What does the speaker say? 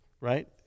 right